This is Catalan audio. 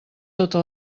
tota